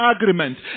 agreement